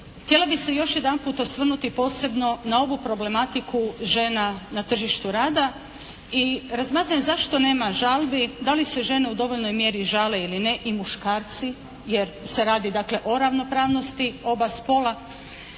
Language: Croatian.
Htjela bih se još jedanput osvrnuti posebno na ovu problematiku žena na tržištu rada i razmatranje zašto nema žalbi, da li se žene u dovoljnoj mjeri žale ili ne i muškarci jer se radi dakle o ravnopravnosti oba spola.